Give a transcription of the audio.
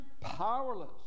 powerless